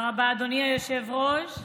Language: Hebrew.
אני רואה את המבטים שלך.